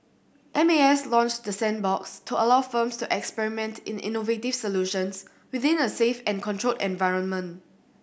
M A S launched the sandbox to allow firms to experiment in innovative solutions within a safe and controlled environment